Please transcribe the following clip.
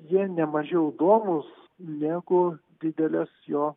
jie ne mažiau įdomūs negu didelės jo